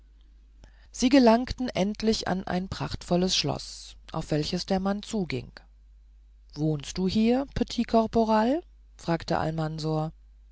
sie gelangten endlich an ein prachtvolles schloß auf welches der mann zuging wohnst du hier petit caporal fragte